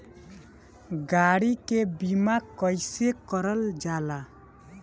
गाड़ी के बीमा कईसे करल जाला?